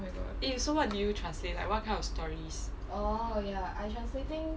oh my god eh so what did you translate like what kind of stories